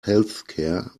healthcare